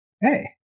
Hey